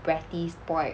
bratty spoilt